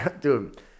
dude